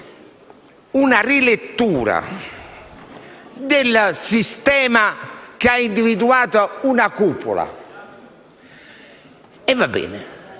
una rilettura del sistema che ha individuato una cupola. Io lo